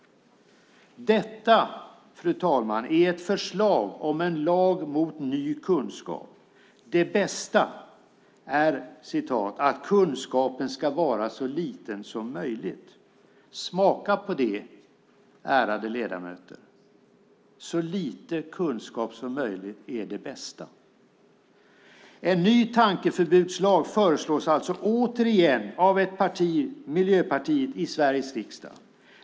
Detta, fru talman, är ett förslag om en lag mot ny kunskap. Det bästa är om kunskapen är så liten som möjligt. Smaka på det, ärade ledamöter! Så lite kunskap som möjligt är det bästa. En ny tankeförbudslag föreslås alltså återigen av ett parti, Miljöpartiet, i Sveriges riksdag.